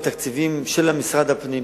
מתקציבים של משרד הפנים,